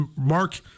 mark